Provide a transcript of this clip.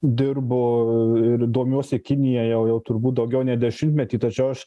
dirbu ir domiuosi kinija jau turbūt daugiau nei dešimtmetį tačiau aš